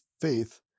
faith